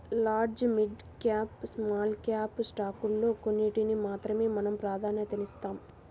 large, mid cap, small cap స్టాకుల్లో కొన్నిటికి మాత్రమే మనం ప్రాధన్యతనిస్తాం